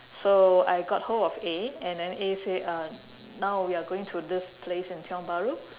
so I got hold of A and then A said uh now we are going to this place in tiong-bahru